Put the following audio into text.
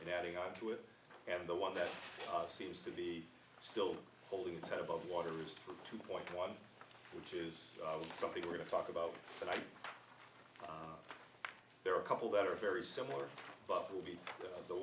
and adding on to it and the one that seems to be still holding its head above water is two point one which is something we're going to talk about tonight there are a couple that are very similar but will be the